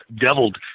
deviled